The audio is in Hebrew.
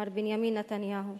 מר בנימין נתניהו.